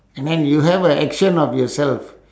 and then you have a action of yourself